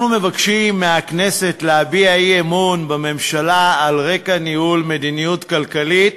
אנחנו מבקשים מהכנסת להביע אי-אמון בממשלה על רקע ניהול מדיניות כלכלית